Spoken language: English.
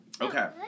Okay